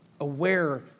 aware